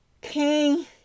King